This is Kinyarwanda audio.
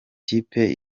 kipe